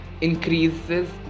increases